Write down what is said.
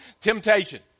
temptation